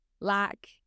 lack